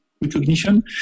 recognition